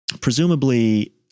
presumably